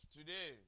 Today